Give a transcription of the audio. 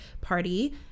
party